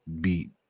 beat